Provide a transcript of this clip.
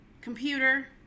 computer